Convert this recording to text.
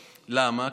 למה?